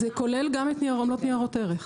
זה כולל גם את עמלות ניירות ערך,